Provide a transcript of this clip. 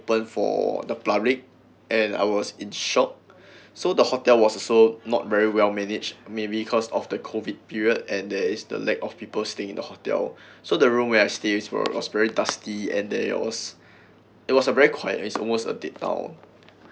open for the public and I was in shock so the hotel was also not very well managed maybe cause of the COVID period and there is the lack of people staying in the hotel so the room where I stays were was very dusty and there it was it was a very quiet it's almost a bit dull